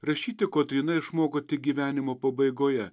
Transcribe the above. rašyti kotryna išmoko tik gyvenimo pabaigoje